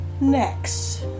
Next